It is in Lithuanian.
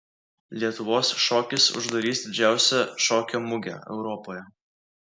lietuvos šokis uždarys didžiausią šokio mugę europoje